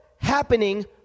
happening